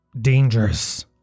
dangerous